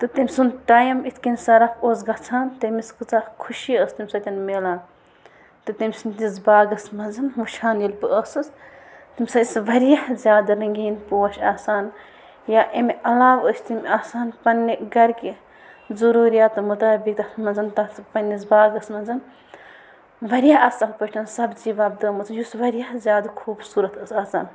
تہٕ تٔمۍ سُنٛد ٹایِم یِتھ کَنۍ صرف اوس گژھان تٔمِس کۭژاہ خوشی ٲس تٔمۍ سۭتۍ میلان تہٕ تٔمۍ سٕنٛدِس باغس منٛز وٕچھان ییٚلہِ بہٕ ٲسٕس تٔمِس ٲس واریاہ زیادٕ رٔنٛگیٖن پوش آسان یا اَمہِ علاوٕ ٲس تِم آسان پنٛنہِ گَرِکہِ ضٔروٗریاتہٕ مطٲبِق تَتھ منٛز تَتھ پنٛنِس باغَس منٛز واریاہ اَصٕل پٲٹھۍ سبزی وۄپدٲومٕژ یُس واریاہ زیادٕ خوٗبصوٗرت ٲس آسان